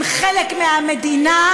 הם חלק מהמדינה,